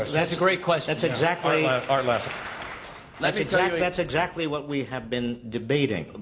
that's a great question. that's exactly ah like that's exactly that's exactly what we have been debating,